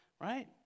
right